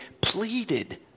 pleaded